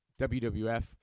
WWF